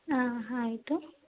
ಹಾಂ ಆಯಿತು